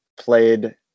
played